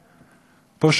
פושעי מלחמה.